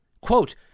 quote